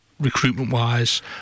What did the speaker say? recruitment-wise